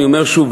אני אומר שוב,